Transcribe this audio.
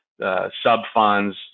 sub-funds